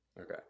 okay